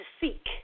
seek